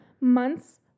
months